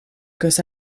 goes